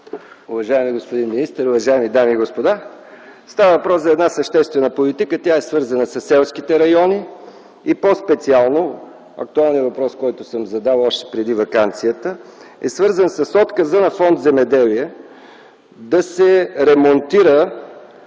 Уважаеми господин министър, уважаеми дами и господа! Става въпрос за една съществена политика. Тя е свързана със селските райони. Актуалният въпрос, който съм задал още преди ваканцията, е свързан с отказа на Фонд „Земеделие” да се ремонтира